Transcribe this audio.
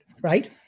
Right